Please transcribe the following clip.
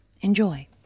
Enjoy